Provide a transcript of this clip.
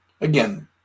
again